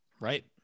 Right